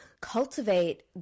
cultivate